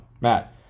Matt